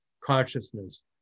consciousness